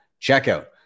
checkout